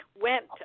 went